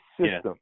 system